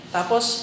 Tapos